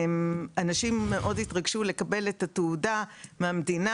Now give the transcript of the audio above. אנשים מאוד התרגשו לקבל מהמדינה את התעודה,